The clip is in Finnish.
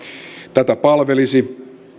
tätä palvelisi